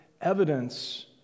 evidence